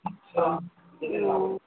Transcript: हँ हँ